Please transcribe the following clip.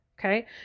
Okay